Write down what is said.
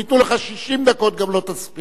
אם ייתנו לך 60 דקות גם לא תספיק.